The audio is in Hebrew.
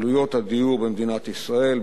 עלויות הדיור במדינת ישראל,